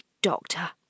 Doctor